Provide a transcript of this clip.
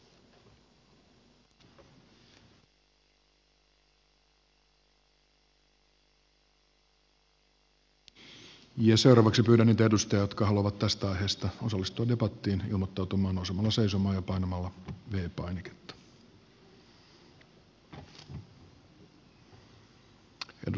seuraavaksi pyydän niitä edustajia jotka haluavat tästä aiheesta osallistua debattiin ilmoittautumaan nousemalla seisomaan ja painamalla v painiketta